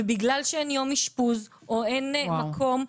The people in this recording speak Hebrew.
ובגלל שאין יום אשפוז או אין מקום,